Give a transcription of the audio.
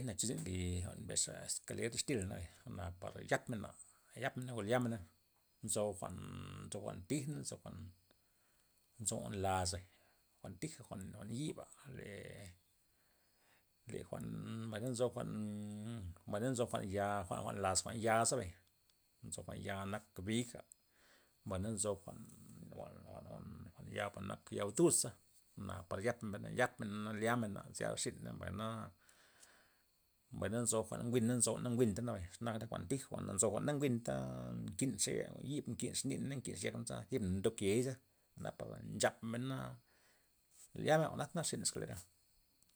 Tejna cho zyn nli jwa'n mbesxa eskaler dis xtila' nabay, jwa'na par yapmena yapmen o lyamena, nzo jwa'n nzo jwa'n tij na nzo jwa'n laz jwa'n tija' jwa'n yiba' re le jwa'n mbay na nzo jwa'n mbay na nzo jwa'n ya jwa'n- jwa'n laz jwa'n ya' zebay, nzo jwa'n ya' nak biga' mbay na nzo jwa'n jwa'nn- jwa'n jwa'n- jwa'n jwa'n ya'na nak ya bduza jwa'na par yap men- yap men na lyamena' ze rziney mbay na, mbay na nzo jwa'n jwi'n mbay na nzo jwa'n na njwita nabay xe nak re jwa'n tij jwa'na nzo jwa'n na jwi'nta nkinxey yib nkinxey niney na nkexey yekney za zipa ndokeyza jwa'na par nchapmena liamena jwa'nata nak rzyn eskalera'.